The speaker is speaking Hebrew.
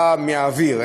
באה מהאוויר,